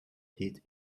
heet